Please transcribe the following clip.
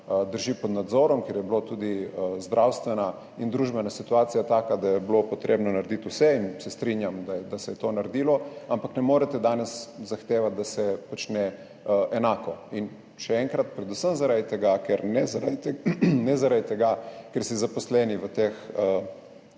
drži pod nadzorom, ker je bila tudi zdravstvena in družbena situacija taka, da je bilo treba narediti vse in se strinjam, da se je to naredilo, ampak ne morete danes zahtevati, da se počne enako, še enkrat, predvsem ne zaradi tega, ker si zaposleni v teh